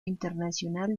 internacional